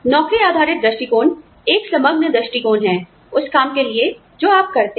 नौकरी आधारित दृष्टिकोण एक समग्र दृष्टिकोण है उस काम के लिए जो आप करते हैं